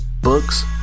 books